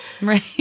Right